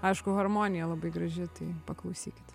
aišku harmonija labai graži tai paklausykit